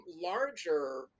larger